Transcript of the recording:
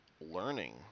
learning